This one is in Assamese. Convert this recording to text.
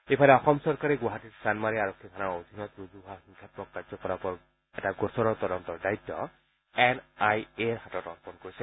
ইফালে অসম চৰকাৰে গুৱাহাটী চানমাৰী আৰক্ষী থানাৰ অধীনত ৰুজু হোৱা হিংসাম্মক কাৰ্যকলাপৰ এটা গোচৰৰ তদন্তৰ দায়িত্ব এন আই এৰ হাতত অৰ্পন কৰিছে